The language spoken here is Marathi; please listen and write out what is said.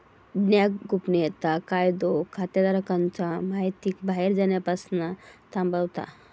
बॅन्क गोपनीयता कायदो खाताधारकांच्या महितीक बाहेर जाण्यापासना थांबवता